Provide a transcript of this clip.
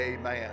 amen